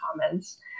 comments